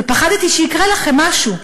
ופחדתי שיקרה לכם משהו.